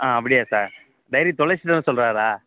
ஆ அப்படியா sir diary தொலைச்சிட்டேனு சொல்கிறாரா